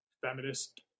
feminist